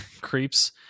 creeps